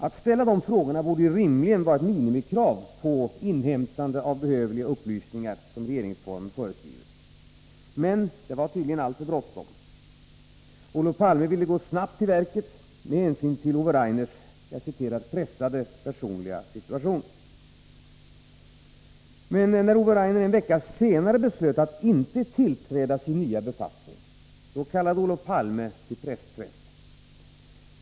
Att ställa dessa frågor borde rimligen vara ett minimikrav när det gäller det inhämtande av behövliga upplysningar som regeringsformen föreskriver. Men det var tydligen alltför bråttom. Olof Palme ville gå snabbt till verket med hänsyn till Ove Rainers ”pressade personliga situation”. När Ove Rainer en vecka senare beslöt att inte tillträda sin nya befattning, 29 då kallade Olof Palme till pressträff.